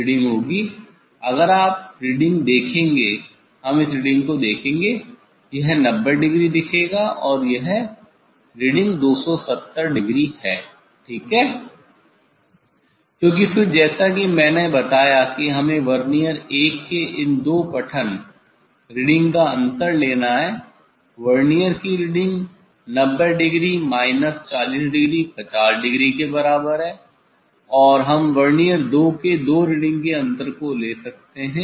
reading होगी अगर आप रीडिंग देखेंगे हम इस रीडिंग को देखेंगे यह 90 डिग्री दिखेगा और यह रीडिंग 270 डिग्री है ठीक है क्योंकि फिर जैसा कि मैंने बताया कि हमें वर्नियर 1 के इन दो पठन रीडिंग का अंतर लेना है वर्नियर की reading 90 degree minus 40 degree 50 degree के बराबर है और हम वर्नियर 2 के दो रीडिंग के अंतर को ले सकते हैं